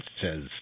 says